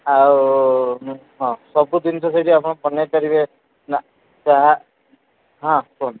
ଆଉ ହଁ ସବୁ ଜିନିଷ ସେଇଠି ଆପଣ ବନେଇ ପାରିବେ ନା ଚାହା ହଁ କୁହନ୍ତୁ